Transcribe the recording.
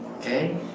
Okay